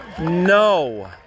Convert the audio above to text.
No